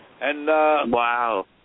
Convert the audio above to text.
Wow